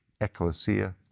ecclesia